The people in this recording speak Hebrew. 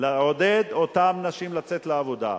זה לעודד את אותן נשים לצאת לעבודה,